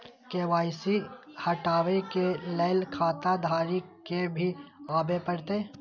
KYC हटाबै के लैल खाता धारी के भी आबे परतै?